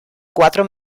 cuatro